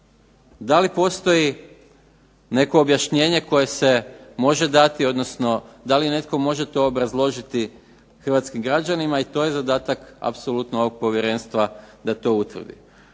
Da li postoji neko objašnjenje koje se može dati, odnosno da li netko može to obrazložiti hrvatskim građanima? I to je zadatak apsolutno ovog povjerenstva da to utvrdi.